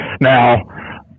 Now